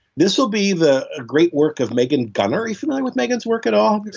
this will be the ah great work of meghan gunnar. are you familiar with meghan's work at all? because,